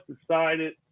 decided